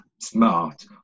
smart